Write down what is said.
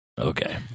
Okay